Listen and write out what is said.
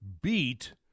beat